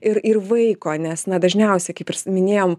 ir ir vaiko nes na dažniausiai kaip minėjom